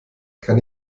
kann